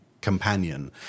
companion